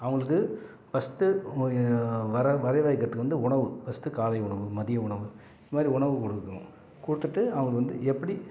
அவங்களுக்கு ஃபஸ்ட்டு வர வர வைக்கிறதுக்கு வந்து உணவு ஃபஸ்ட்டு காலை உணவு மதிய உணவு இதுமாதிரி உணவு கொடுக்கணும் கொடுத்துட்டு அவர் வந்து எப்படி